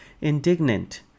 indignant